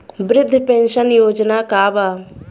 वृद्ध पेंशन योजना का बा?